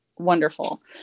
Wonderful